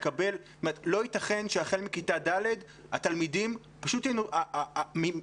לא ייתכן שהחל מכיתה ד' התלמידים פשוט ינותקו.